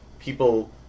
people